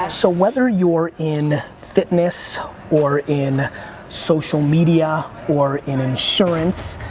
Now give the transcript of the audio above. ah so whether you're in fitness or in social media or in insurance,